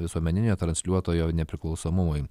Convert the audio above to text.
visuomeninio transliuotojo nepriklausomumui